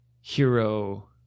hero